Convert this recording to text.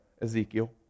Ezekiel